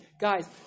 Guys